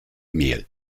mehl